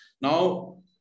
Now